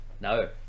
No